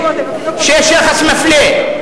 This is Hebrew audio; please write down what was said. שיש יחס מפלה.